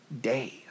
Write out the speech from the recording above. days